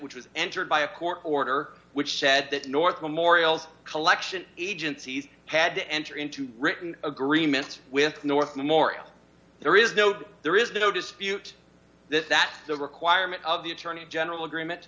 which was entered by a court order which said that north morial collection agencies had to enter into written agreements with north memorial there is no doubt there is no dispute that that the requirement of the attorney general agreement